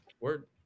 word